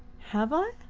have i?